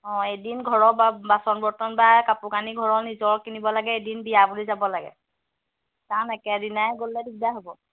অঁ এদিন ঘৰৰ বা বাচন বৰ্তন বা কাপোৰ কানি ঘৰৰ নিজৰ কিনিব লাগে এদিন বিয়া বুলি যাব লাগে কাৰণ একেদিনাই গ'লে দিগদাৰ হ'ব